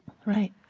right.